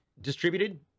distributed